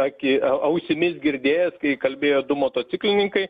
aki ausimis girdėjęs kai kalbėjo du motociklininkai